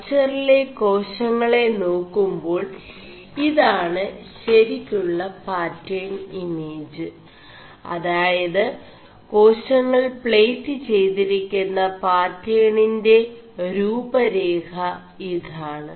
കൾgറിെല േകാശÆെള േനാ ുേ2ാൾ ഇതാണ് ശരി ുø പാേൺ ഇേമജ് അതായത് േകാശÆൾ േg് െചയ്തിരി ുM പാേൺെ രൂപേരഖ ഇതാണ്